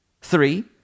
Three